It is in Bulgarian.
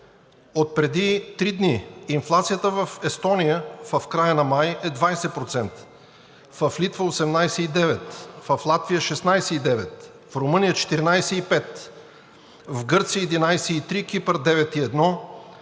отпреди три дни инфлацията в Естония в края на май е 20%, в Литва –18,9, в Латвия – 16,9, в Румъния – 14,5, в Гърция –11,3, Кипър – 9,1.